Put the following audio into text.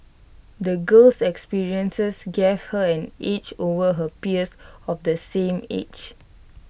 the girl's experiences gave her an edge over her peers of the same age